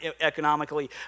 economically